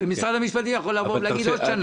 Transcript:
ומשרד המשפטים יכול להגיד "עוד שנה".